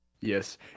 Yes